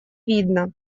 видно